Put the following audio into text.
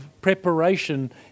preparation